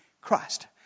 Christ